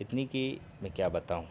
اتنی کہ میں کیا بتاؤں